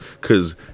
Cause